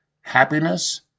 Happiness